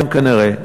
כנראה,